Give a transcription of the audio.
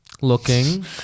looking